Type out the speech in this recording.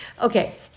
Okay